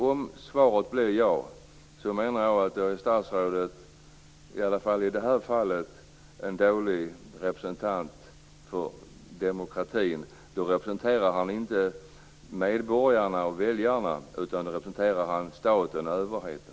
Om svaret blir ja menar jag att statsrådet åtminstone i detta fall är en dålig representant för demokratin. Då representerar han inte medborgarna och väljarna, utan då representerar han staten och överheten.